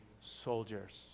soldiers